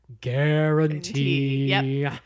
Guarantee